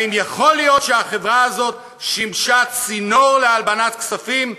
האם יכול להיות שהחברה הזאת שימשה צינור להלבנת כספים,